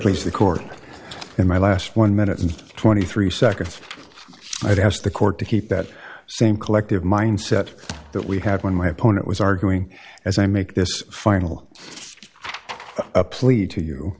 please the court in my last one minute and twenty three seconds i've asked the court to keep that same collective mindset that we have when my opponent was arguing as i make this final plea to you